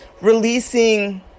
releasing